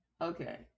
Okay